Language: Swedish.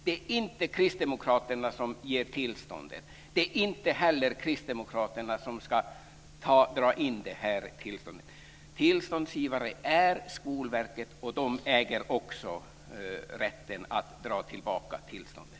Det är inte kristdemokraterna som ger tillståndet. Det är inte heller kristdemokraterna som ska dra in tillståndet. Tillståndsgivare är Skolverket, och Skolverket äger också rätten att dra tillbaka tillståndet.